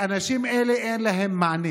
ואנשים אלה, אין להם מענה.